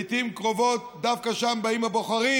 לעיתים קרובות דווקא משם באים הבוחרים